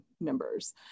members